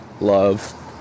Love